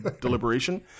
deliberation